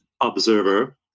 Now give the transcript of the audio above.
observer